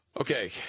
Okay